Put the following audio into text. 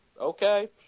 okay